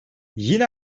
yine